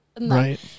Right